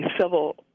civil